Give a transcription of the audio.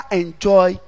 enjoy